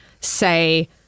say